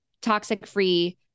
toxic-free